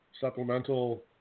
supplemental